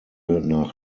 nach